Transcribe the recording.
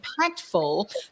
impactful